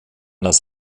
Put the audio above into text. das